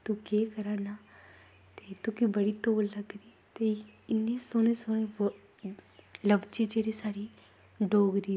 ते केह् कराना ते तूगी बड़ी तौल लग्गी दी ते इन्ने सोह्ने सोह्ने लफ्ज़ साढ़े डोगरी दे